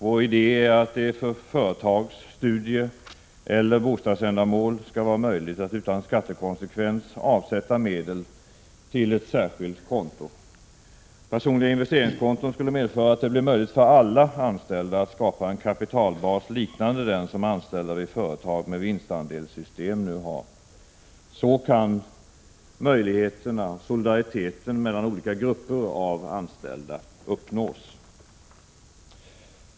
Vår idé är att det för företags-, studieeller bostadsändamål skall finnas möjlighet att utan skattekonsekvens avsätta medel till ett särskilt konto. Personliga investeringskonton skulle medföra att det blir möjligt för alla anställda att skapa en kapitalbas liknande den som anställda i företag med vinstandelssystem nu har. Så kan solidariteten mellan olika grupper av anställda uppnås.